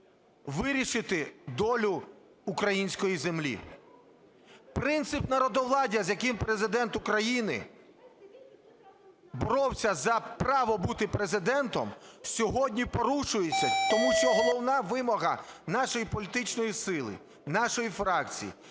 вирішити долю української землі. Принцип народовладдя, з яким Президент України боровся за право бути Президентом, сьогодні порушується, тому що головна вимога нашої політичної сили, нашої фракції –